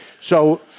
So-